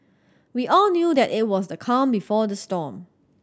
we all knew that it was the calm before the storm